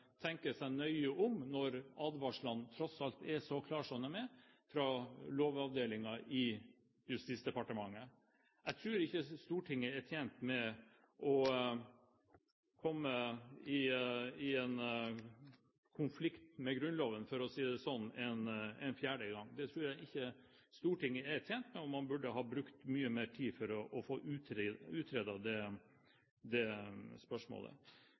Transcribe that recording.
tenker seg nøye om når advarslene fra Lovavdelingen i Justisdepartementet tross alt er så klare som de er. Jeg tror ikke Stortinget er tjent med å komme i konflikt med Grunnloven, for å si det sånn, en fjerde gang. Det tror jeg ikke Stortinget er tjent med, og man burde ha brukt mye mer tid for å få utredet det spørsmålet.